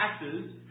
taxes